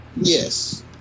Yes